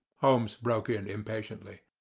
holmes broke in impatiently.